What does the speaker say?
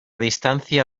distancia